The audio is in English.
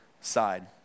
side